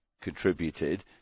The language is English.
contributed